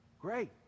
Great